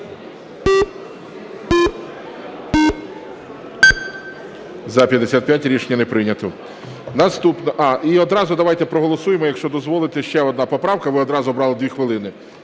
За-55 Рішення не прийнято.